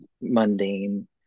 mundane